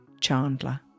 Chandler